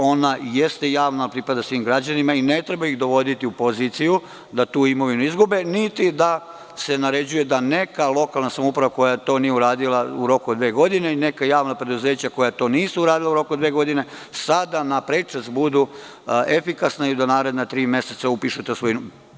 Ona jeste javna jer pripada svim građanima i ne treba ih dovoditi u poziciju da tu imovinu izgube niti da se naređuje da neka lokalna samouprava koja to nije uradila u roku od dve godine i neka javna preduzeća koja to nisu uradila u roku od dve godine sada na prečac budu efikasna i da u naredna tri meseca upišu tu svojinu.